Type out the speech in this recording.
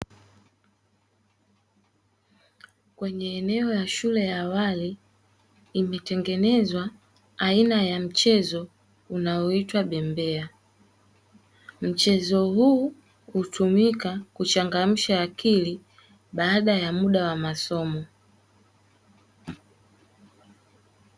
Kwenye eneo la shule ya awali imetengenezwa aina ya mchezo unaoitwa bembea, mchezo huu hutumika kuchangamsha akili baada ya muda wa masomo.